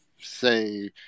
say